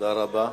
תודה רבה.